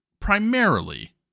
primarily